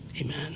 Amen